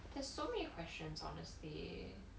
there's so many questions honestly